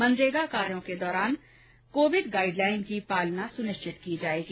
मनरेगा कार्यो के दौरा कोविड गाइड लाइन की पालना सुनिश्चित की जायेगी